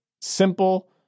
simple